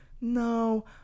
no